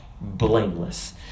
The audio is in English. blameless